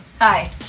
Hi